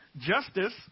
justice